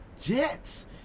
Jets